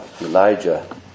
Elijah